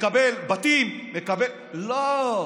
מקבל בתים, לא.